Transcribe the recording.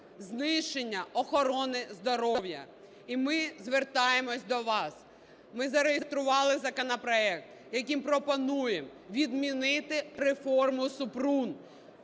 знищення охорони здоров'я. І ми звертаємось до вас. Ми зареєстрували законопроект, яким пропонуємо відмінити реформу Супрун,